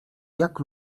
jak